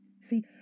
see